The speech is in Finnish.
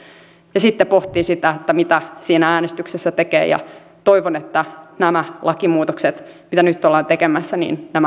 ja sitten pohtia sitä mitä siinä äänestyksessä tekee ja toivon että nämä lakimuutokset mitä nyt ollaan tekemässä